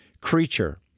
creature